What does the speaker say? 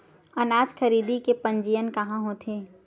अनाज खरीदे के पंजीयन कहां होथे?